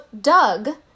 Doug